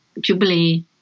Jubilee